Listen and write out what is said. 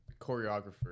Choreographer